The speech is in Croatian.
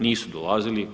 Nisu dolazili.